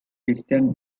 wisdom